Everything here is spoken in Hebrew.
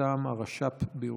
מטעם הרש"פ בירושלים.